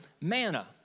manna